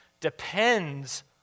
depends